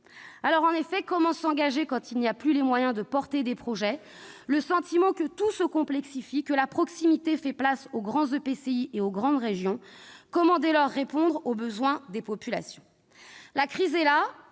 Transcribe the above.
collectivité. Comment s'engager quand il n'y a plus les moyens de porter des projets, le sentiment que tout se complexifie, que la proximité fait place aux grands EPCI et aux grandes régions ? Comment, dès lors, répondre aux besoins des populations ? La crise est là